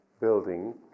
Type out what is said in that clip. building